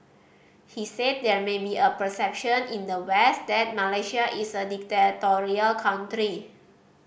he said there may be a perception in the West that Malaysia is a dictatorial country